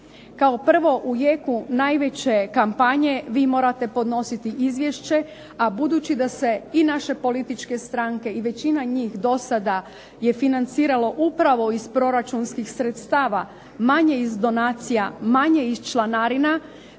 Kao prvo, u jeku najveće kampanje vi morate podnositi izvješće, a budući da se i naše političke stranke i većina njih do sada je financiralo upravo iz proračunskih sredstava, manje iz članarina